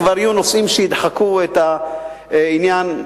נושאים שידחקו את העניין.